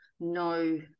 No